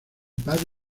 padre